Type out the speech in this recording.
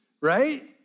right